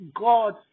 God